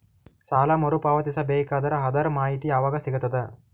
ಸಾಲ ಮರು ಪಾವತಿಸಬೇಕಾದರ ಅದರ್ ಮಾಹಿತಿ ಯವಾಗ ಸಿಗತದ?